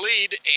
lead